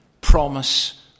promise